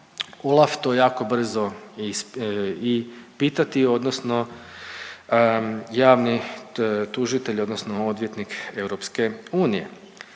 Olaf to jako brzo i pitati, odnosno javni tužitelj, odnosno odvjetnik